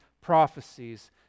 prophecies